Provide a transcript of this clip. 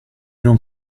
non